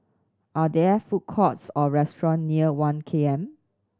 are there food courts or restaurant near One K M